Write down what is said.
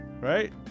Right